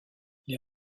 les